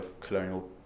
colonial